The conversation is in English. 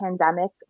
pandemic